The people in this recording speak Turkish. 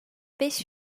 beş